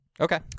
Okay